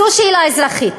זו שאלה אזרחית.